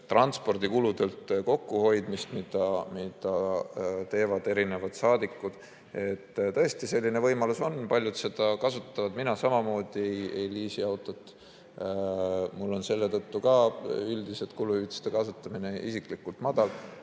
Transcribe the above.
transpordikuludelt kokkuhoidmist, mida teevad erinevad saadikud, siis tõesti selline võimalus on. Paljud seda kasutavad ja mina samamoodi ei liisi autot. Mul on selle tõttu ka üldiselt kuluhüvitiste kasutamine väike. Aga